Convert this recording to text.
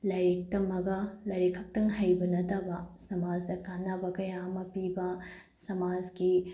ꯂꯥꯏꯔꯤꯛ ꯇꯝꯂꯒ ꯂꯥꯏꯔꯤꯛ ꯈꯛꯇꯪ ꯍꯩꯕ ꯅꯠꯇꯕ ꯁꯃꯥꯖꯇ ꯀꯥꯟꯅꯕ ꯀꯌꯥ ꯑꯃ ꯄꯤꯕ ꯁꯃꯥꯖꯀꯤ